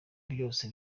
byose